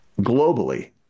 globally